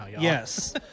yes